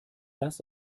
das